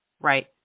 Right